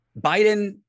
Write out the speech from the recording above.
Biden